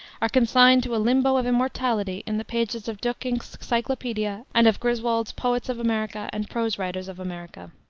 are consigned to a limbo of immortality in the pages of duyckinck's cyclopedia, and of griswold's poets of america and prose writers of america.